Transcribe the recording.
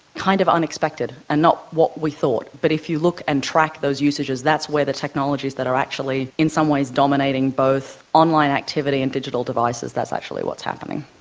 kind of unexpected and not what we thought, but if you look and track those usages, that's where the technologies that are actually in some ways dominating both online activity and digital devices, that's actually what's happening.